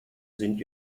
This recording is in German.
sind